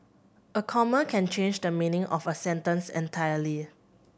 a comma can change the meaning of a sentence entirely